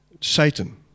Satan